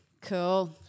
cool